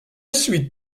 suite